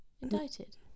Indicted